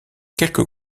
quelques